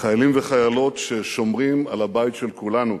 חיילים וחיילות ששומרים על הבית של כולנו.